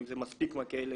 אם זה מספיק מקל,